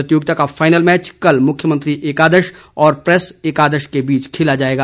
प्रतियोगिता का final match कल मुख्यमंत्री एकादश और प्रैस एकादश के बीच खेला जाएगा